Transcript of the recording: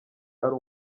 ari